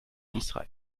israel